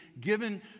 given